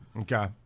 Okay